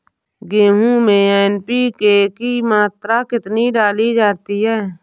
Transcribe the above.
गेहूँ में एन.पी.के की मात्रा कितनी डाली जाती है?